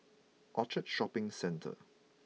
Orchard Shopping Centre